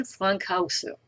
Frankhauser